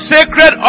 Sacred